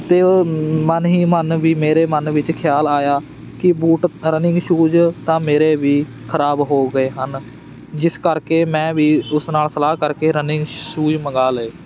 ਅਤੇ ਉਹ ਮਨ ਹੀ ਮਨ ਵੀ ਮੇਰੇ ਮਨ ਵਿੱਚ ਖਿਆਲ ਆਇਆ ਕਿ ਬੂਟ ਰਨਿੰਗ ਸ਼ੂਜ ਤਾਂ ਮੇਰੇ ਵੀ ਖਰਾਬ ਹੋ ਗਏ ਹਨ ਜਿਸ ਕਰਕੇ ਮੈਂ ਵੀ ਉਸ ਨਾਲ ਸਲਾਹ ਕਰਕੇ ਰਨਿੰਗ ਸ਼ੂਜ ਮੰਗਵਾ ਲਏ